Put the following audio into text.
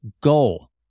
goal